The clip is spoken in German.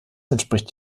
entspricht